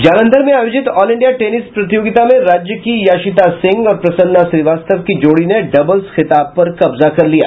जालंधर में आयोजित all India tennis प्रतियोगिता में राज्य की यासिता सिंह और प्रसन्ना श्रीवास्तव की जोड़ी ने डबल्स खिताब पर कब्जा कर लिया